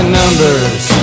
numbers